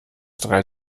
drei